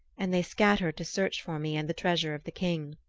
and they scattered to search for me and the treasure of the king.